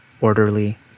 orderly